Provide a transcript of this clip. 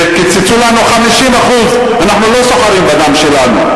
קיצצו לנו 50%. אנחנו לא סוחרים בדם שלנו,